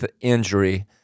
injury